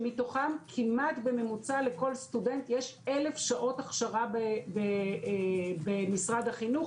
שמתוכן כמעט בממוצע לכל סטודנט יש 1,000 שעות הכשרה במשרד החינוך,